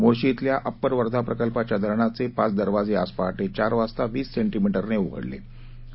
मोर्शी इथल्या अप्पर वर्धा प्रकल्पाच्या धरणाचे पाच दरवाजे आज पहाटे चार वाजता वीस सेंटीमीटरनं उघडले आहे